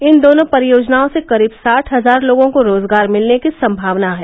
इन दोनों परियोजनाओं से करीब साठ हजार लोगों को रोजगार मिलने की संभावना है